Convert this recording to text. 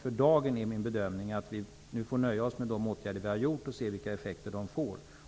För dagen är det min bedömning att vi får nöja oss med de åtgärder som har gjorts och avvakta vilka effekter de får.